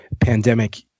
pandemic